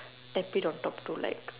tap it on top to like